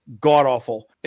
god-awful